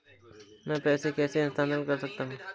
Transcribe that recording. मैं पैसे कैसे स्थानांतरण कर सकता हूँ?